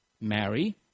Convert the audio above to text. marry